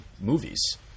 movies